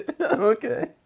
Okay